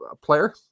player